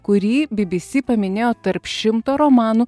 kurį bbc paminėjo tarp šimto romanų